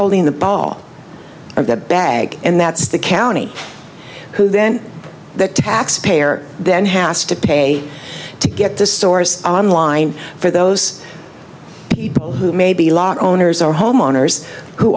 holding the ball of the bag and that's the county who then the taxpayer then has to pay to get this source online for those people who may be locked owners or homeowners who